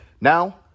Now